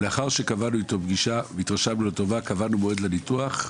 לאחר שקבענו איתו פגישה והתרשמנו לטובה קבענו מועד לניתוח,